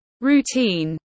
routine